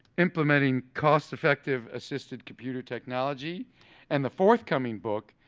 implementing cost-effective assistive computer technology and the forthcoming book,